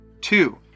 Two